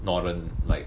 northern like